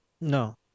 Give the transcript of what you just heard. No